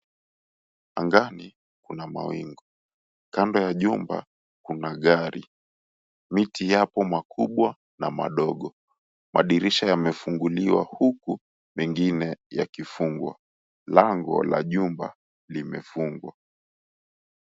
Angani kuna mawingu. Kando ya jumba kuna gari. Miti yapo makubwa na madogo. Madirisha yamefunguliwa huku mengine yakifungwa. Lango la jumba limefungwa.